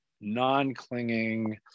non-clinging